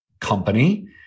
company